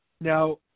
Now